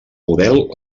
model